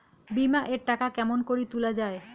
বিমা এর টাকা কেমন করি তুলা য়ায়?